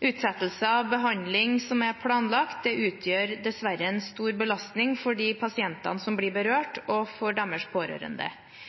Utsettelse av behandling som er planlagt, utgjør dessverre en stor belastning for de pasientene som blir berørt, og for deres pårørende,